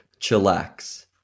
Chillax